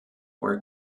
were